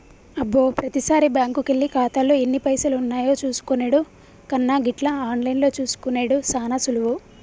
అబ్బో ప్రతిసారి బ్యాంకుకెళ్లి ఖాతాలో ఎన్ని పైసలున్నాయో చూసుకునెడు కన్నా గిట్ల ఆన్లైన్లో చూసుకునెడు సాన సులువు